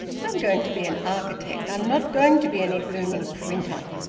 i'm going to be an architect. i'm not going to be any blooming printer.